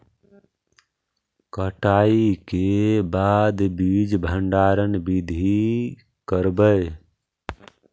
कटाई के बाद बीज भंडारन बीधी करबय?